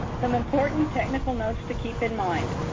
some important technical notes to keep in mind.